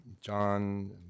John